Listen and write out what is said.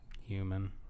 Human